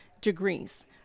degrees